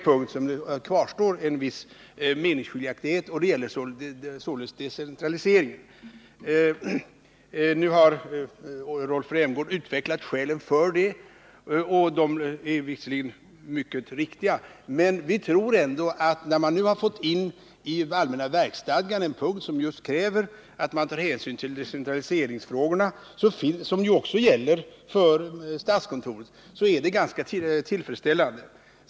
På en punkt kvarstår en viss meningsskiljaktighet, och den gäller decentraliseringen. Rolf Rämgård har här utvecklat skälen för sitt förslag. De är visserligen mycket riktiga, men vi tror att när man nu i allmänna verksstadgan, som ju också gäller för statskontoret, har fått in en punkt som kräver att man tar hänsyn till decentraliseringsfrågorna, så är det ganska tillfredsställande.